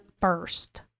first